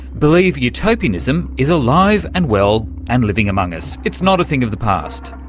believe utopianism is alive and well and living among us. it's not a thing of the past.